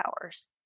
hours